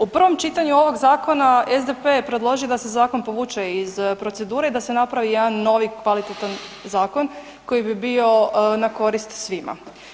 U prvom čitanju ovog zakona SDP je predložio da se zakon povuče iz procedure i da se napravi jedan novi kvalitetan zakon koji bi bio na korist svima.